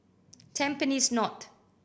Tampines North